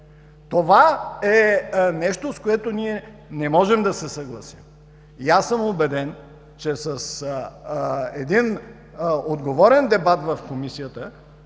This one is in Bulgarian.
Това е нещо, с което ние не можем да се съгласим. И аз съм убеден, че с един отговорен дебат в Комисията